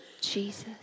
Jesus